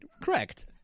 Correct